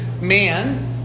man